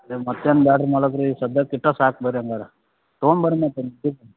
A ಮತ್ತೇನು ಬ್ಯಾಡ್ರಿ ಮಲಗ್ ರೀ ಸದ್ಯಕ್ಕೆ ಇಟ್ಟ ಸಾಕು ಬೇರೆನೆ ಬ್ಯಾಡ ತೊಗೊಮ್ ಬರ್ರಿ